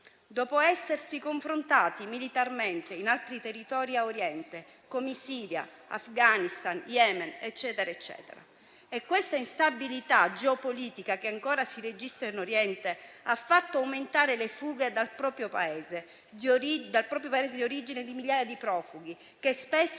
dopo essersi confrontati militarmente in altri territori a Oriente, come Siria, Afghanistan, Yemen e altri. Questa instabilità geopolitica che ancora si registra in Oriente ha fatto aumentare le fughe dal proprio Paese di origine di migliaia di profughi, che spesso